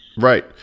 Right